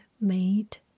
made